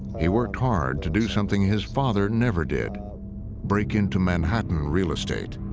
he worked hard to do something his father never did break into manhattan real estate.